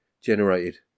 Generated